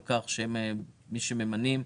שהם מי שממנים.